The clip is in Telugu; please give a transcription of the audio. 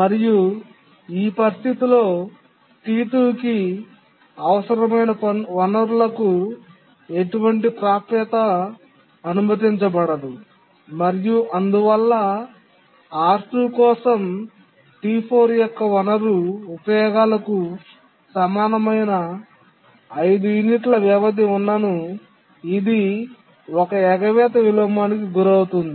మరియు ఈ పరిస్థితిలో T2 కి అవసరమైన వనరులకు ఎటువంటి ప్రాప్యత అనుమతించబడదు మరియు అందువల్ల R2 కోసం T4 యొక్క వనరు ఉపయోగాలకు సమానమైన 5 యూనిట్ల వ్యవధి ఉన్ననూ ఇది ఒక ఎగవేత విలోమానికి గురవుతుంది